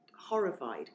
horrified